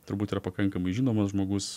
turbūt yra pakankamai žinomas žmogus